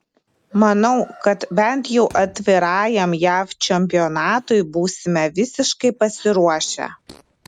manau kad bent jau atvirajam jav čempionatui būsime visiškai pasiruošę